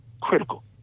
Critical